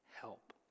help